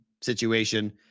situation